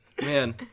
Man